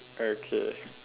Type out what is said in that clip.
okay